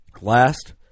Last